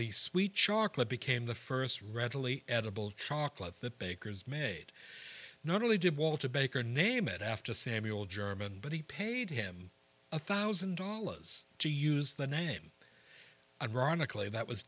the sweet chocolate became the st readily edible chocolate that baker's made not only did walter baker name it after samuel german but he paid him a one thousand dollars to use the name ironically that was